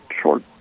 short